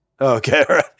Okay